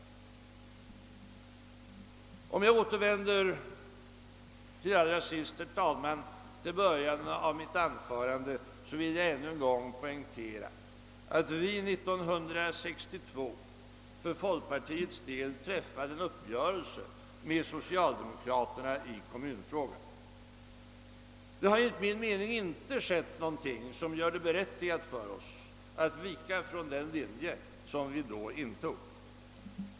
Om jag allra sist, herr talman, får återvända till början av mitt anförande, vill jag än en gång poängtera att folkpartiet 1962 träffade en uppgörelse med socialdemokraterna i kommunfrågan. Det har enligt min mening inte inträffat någonting som gör det berättigat för oss att vika från den linje som vi då slog in på.